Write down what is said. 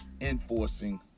enforcing